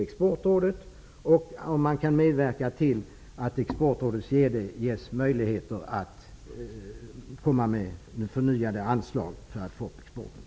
Exportrådets vd ges möjlighet till utökade anslag för att få upp exporten.